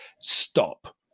stop